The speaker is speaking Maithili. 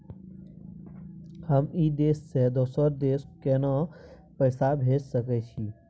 हम ई देश से दोसर देश केना पैसा भेज सके छिए?